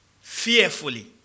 fearfully